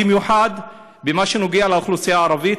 במיוחד במה שנוגע לאוכלוסייה הערבית,